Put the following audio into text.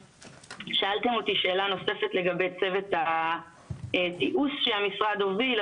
שאלתם אותי שאלה נוספת לגבי צוות התיעוש שהמשרד הוביל.